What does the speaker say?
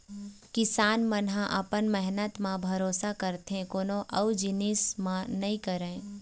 किसान मन ह अपन मेहनत म भरोसा करथे कोनो अउ जिनिस म नइ करय